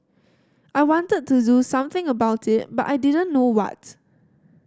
I wanted to do something about it but I didn't know what